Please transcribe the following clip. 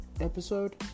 episode